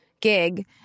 gig